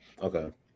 Okay